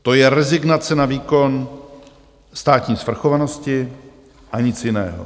To je rezignace na výkon státní svrchovanosti a nic jiného.